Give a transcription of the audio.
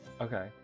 Okay